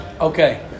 Okay